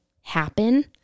happen